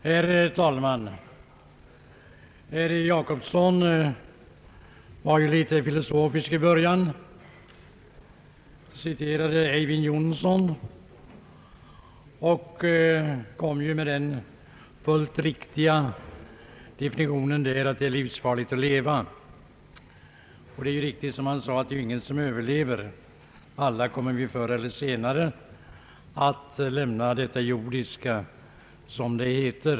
Herr talman! Herr Jacobsson var litet filosofisk i början. Han citerade Eyvind Johnson och kom med den fullt riktiga reflexionen att det är livsfarligt att leva. Det är riktigt, som han sade, att ingen överlever, alla kommer vi förr eller senare att lämna detta jordiska.